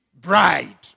bride